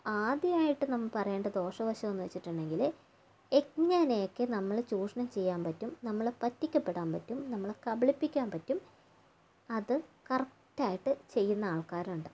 ആദ്യമായിട്ട് നമ്മൾ പറയേണ്ട ദോഷവശം എന്ന് വെച്ചിട്ടുണ്ടെങ്കിൽ എങ്ങനെയൊക്കെ നമ്മളെ ചൂഷണം ചെയ്യാൻ പറ്റും നമ്മളെ പറ്റിക്കപ്പെടാൻ പറ്റും നമ്മളെ കബളിപ്പിക്കാൻ പറ്റും അത് കറക്റ്റായിട്ട് ചെയ്യുന്ന ആൾക്കാരുണ്ട്